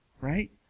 Right